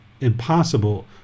impossible